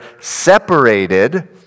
separated